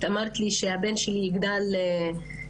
את אמרת לי שהבן שלי יגדל בביטחה,